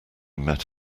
met